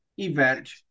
Event